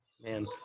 man